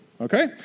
okay